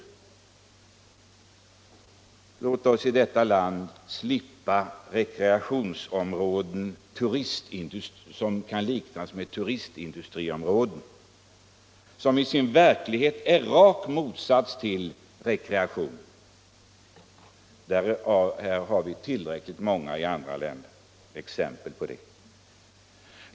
Låt oss i detta land slippa rekreationsområden som kan liknas vid turistindustriområden och som i verkligheten är raka motsatsen till rekreationsområden. Det finns tillräckligt många exempel på detta i andra länder.